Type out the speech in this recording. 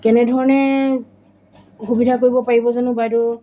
কেনেধৰণে সুবিধা কৰিব পাৰিব জানো বাইদেউ